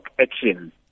action